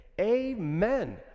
Amen